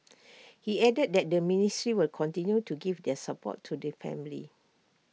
he added that the ministry will continue to give their support to the family